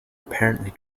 apparently